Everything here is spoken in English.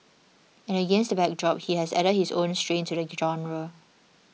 and against the backdrop he has added his own strain to the genre